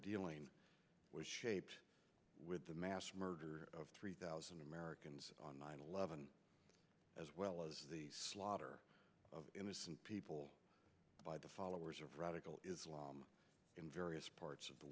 dealing with the mass murder of three thousand americans on nine eleven as well as the slaughter of innocent people by the followers of radical islam in various parts of the